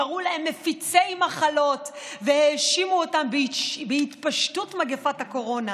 קראו להם מפיצי מחלות והאשימו אותם בהתפשטות מגפת הקורונה,